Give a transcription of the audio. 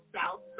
South